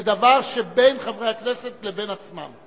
זה דבר שבין חברי הכנסת לבין עצמם.